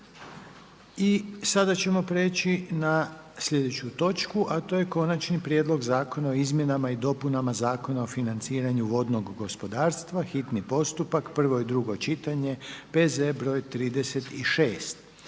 raspravu. **Petrov, Božo (MOST)** Konačni prijedlog Zakona o izmjenama i dopunama Zakona o financiranju vodnog gospodarstva, hitni postupak, prvo i drugo čitanje, P.Z. broj 36.